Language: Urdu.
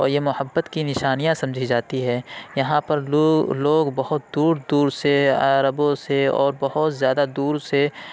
اور یہ محبت کی نشانیاں سمجھی جاتی ہے یہاں پر لوگ لوگ بہت دور دور سے عربوں سے اور بہت زیادہ دور سے